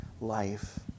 life